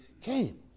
came